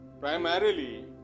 primarily